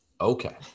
Okay